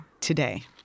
today